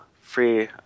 free